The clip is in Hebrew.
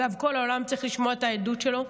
אגב, כל העולם צריך לשמוע את העדות שלו.